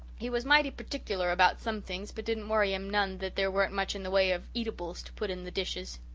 he was mighty perticuler about some things but didn't worry him none that there weren't much in the way o' eatables to put in the dishes.